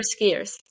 skiers